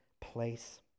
place